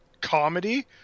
comedy